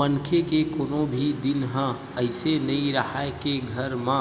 मनखे के कोनो भी दिन ह अइसे नइ राहय के घर म